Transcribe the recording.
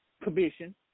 commission